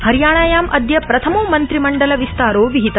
हरियाणायाम अदय प्रथमो मन्त्रिमण्डल विस्तारो विहित